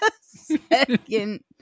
second